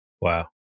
Wow